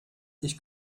ich